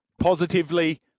positively